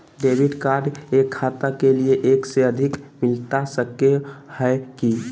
Debit card एक खाता के लिए एक से अधिक मिलता सको है की?